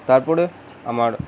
তারপরে আমার